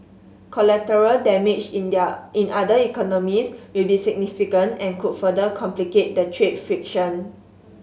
collateral damage in their in other economies will be significant and could further complicate the trade friction